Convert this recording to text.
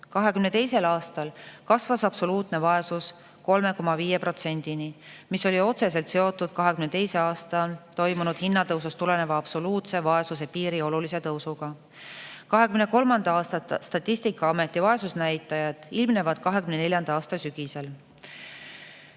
2022. aastal kasvas absoluutne vaesus 3,5%‑ni, mis oli otseselt seotud 2022. aastal toimunud hinnatõusust tuleneva absoluutse vaesuse piiri olulise tõusuga. Statistikaameti 2023. aasta vaesusnäitajad ilmnevad 2024. aasta sügisel.